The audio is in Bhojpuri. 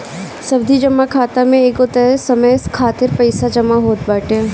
सावधि जमा खाता में एगो तय समय खातिर पईसा जमा होत बाटे